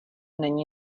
není